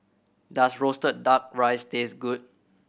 does roasted Duck Rice taste good